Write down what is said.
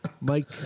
Mike